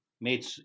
made